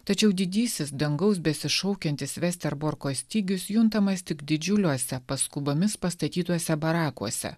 tačiau didysis dangaus besišaukiantis vesterborko stygius juntamas tik didžiuliuose paskubomis pastatytuose barakuose